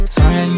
Sorry